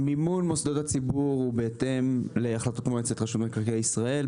מימון מוסדות הציבור הוא בהתאם להחלטות מועצת רשות מקרקעי ישראל,